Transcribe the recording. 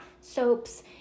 soaps